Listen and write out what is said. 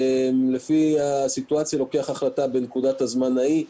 לפי הסיטואציה הייתי לוקח החלטה בנקודת הזמן ההיא,